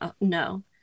no